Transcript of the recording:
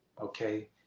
okay